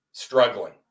struggling